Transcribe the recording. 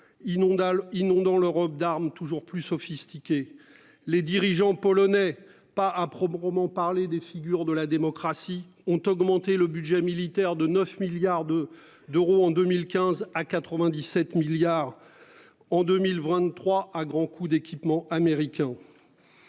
inondant l'Europe d'armes toujours plus sophistiqués. Les dirigeants polonais pas à proprement parler des figures de la démocratie ont augmenté le budget militaire de 9 milliards de d'euros en 2015 à 97 milliards en 2023 à grands coups d'équipements américains.